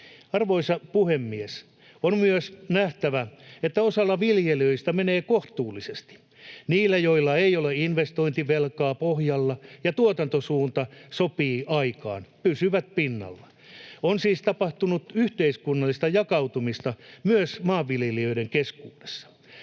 Arvoisa puhemies! On myös nähtävä, että osalla viljelijöistä menee kohtuullisesti. Ne, joilla ei ole investointivelkaa pohjalla ja tuotantosuunta sopii aikaan, pysyvät pinnalla. On siis tapahtunut yhteiskunnallista jakautumista myös maanviljelijöiden keskuudessa.